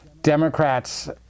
Democrats